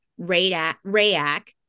Rayak